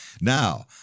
Now